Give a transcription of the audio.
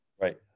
Right